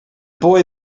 boy